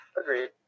Agreed